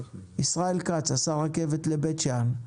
ישראל כץ עשה רכבת לבית שאן,